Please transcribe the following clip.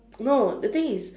no the thing is